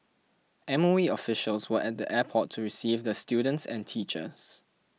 M O E officials were at the airport to receive the students and teachers